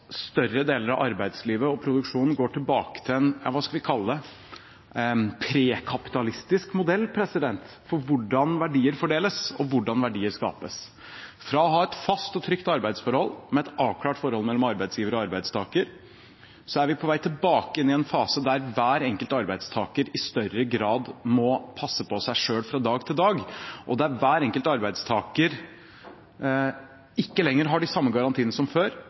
større deler av arbeidslivet og produksjonen går tilbake til – hva skal vi kalle det – en pre-kapitalistisk modell for hvordan verdier fordeles, og hvordan verdier skapes. Fra å ha et fast og trygt arbeidsforhold med et avklart forhold mellom arbeidsgiver og arbeidstaker er vi på vei tilbake til en fase der hver enkelt arbeidstaker i større grad må passe på seg selv fra dag til dag, og der hver enkelt arbeidstaker ikke lenger har de samme garantiene som før